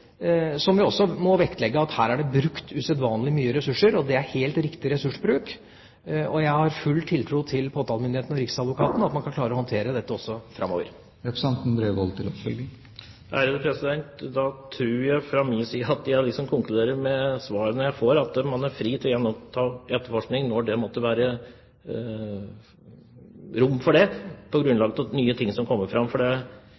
som vi må vektlegge at her er det brukt usedvanlig mye ressurser, og det er helt riktig ressursbruk. Jeg har full tiltro til at påtalemyndighetene og riksadvokaten kan klare å håndtere dette også framover. Fra min side konkluderer jeg med ut fra de svarene jeg får, at man er fri til å gjenoppta etterforskningen når det måtte være rom for det på grunnlag av nye ting som kommer fram. Livet må gå videre for alle, det